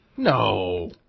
No